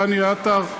דני עטר,